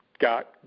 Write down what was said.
got